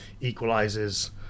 equalizes